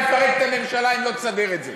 נפרק את הממשלה אם לא תסדר את זה?